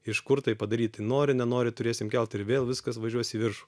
iš kur tai padaryt tai nori nenori turėsim kelt ir vėl viskas važiuos į viršų